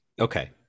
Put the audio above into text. okay